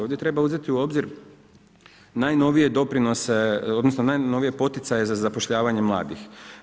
Ovdje treba uzeti u obzir najnovije doprinose, odnosno najnovije poticaje za zapošljavanje mladih.